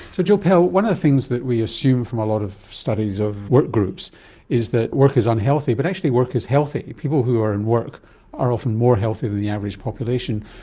so jill pell, one of the things that we assume from a lot of studies of workgroups is that work is unhealthy, but actually work is healthy people who are in work are often more healthy than the average population.